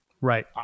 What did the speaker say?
right